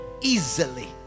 easily